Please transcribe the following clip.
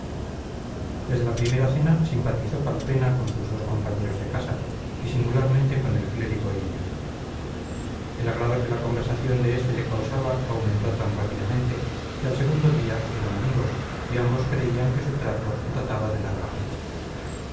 desde la primera cena simpatizó calpena con sus dos compañeros de casa y singularmente con el clérigo hillo el agrado que la conversación de este le causaba aumentó tan rápidamente que al segundo día eran amigos y ambos creían que su trato databa de larga fecha